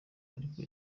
ariko